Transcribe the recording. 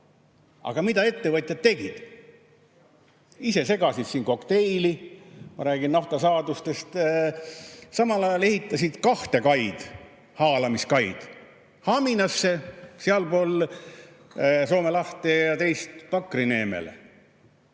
Aga mida ettevõtjad tegid? Ise segasid siin kokteili, ma räägin naftasaadustest. Samal ajal ehitasid kahte haalamiskaid: ühte Haminasse, sealpool Soome lahte, ja teist Pakri neemele.